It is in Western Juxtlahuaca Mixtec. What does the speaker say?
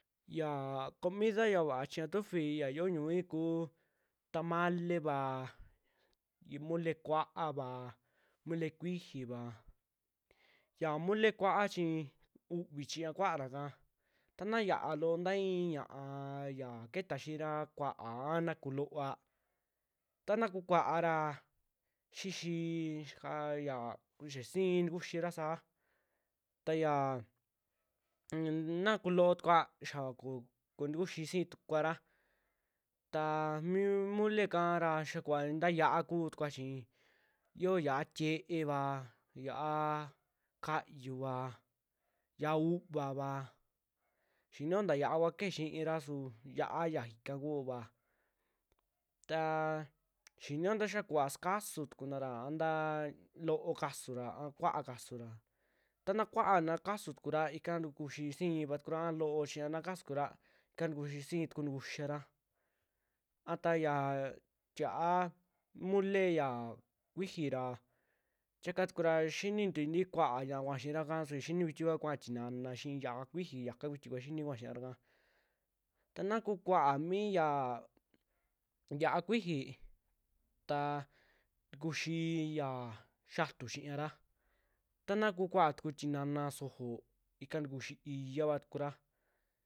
Yaa comida ya vaa chiiña tufi ya yoo ñu'ui kuu tamaleva, ya imole kua'ava, mole kuijiva, ya mole kua'a chi u'vii chuñaa kuaaraka ta naa xiaa loo taa i'i xiia'a yaa ketaa xiraa kuaa anaa kuu looa tana kuu kuara xixii xiaya xa sii ntakuxira saa ta yaa un naa kuloo tukua xia kontukuxii si'ia tukura taa mi mole kaara xia kuvaa nta yia'a kua kutukua, chi xio yia'a tie'eva, yia'a káayuva, yia'a uuva'va xinio ntaa yia'a kua keje xiira suu yia'a ya ikaa kuaa, taa xinio ta xaa kuva sukasuu tukunara a taa loo kasunra a kua'a kasura, ta naa kua'a na kasuu tukura ika ntukuxii siia tukura a loo chiña na kasutukura ika ntuxii si'i tuku ntukuxiara, a taa xaa tia'a mole ya kuixii ra tiaka tukura xinitui nti kua'a ña'a kuaa xiraka su xaa xiini kuiti kua kua'a tinana xii yia'a kuyixii yaka kuiti kua xinii kuaa xiira ika, ta naa kukuaa mia yaa yia'a kuiji taa kuxii yaa xiatuu chiñara ta naa kukuaa tuku tinana sojoo ika ntukuxii iya'ava tukura.